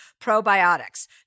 probiotics